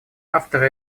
авторы